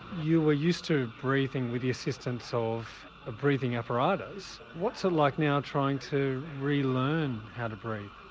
you were used to breathing with the assistance of a breathing apparatus what's it like now trying to re-learn how to breathe?